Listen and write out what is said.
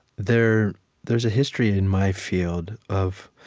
there there is a history in my field of